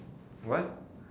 what